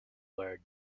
where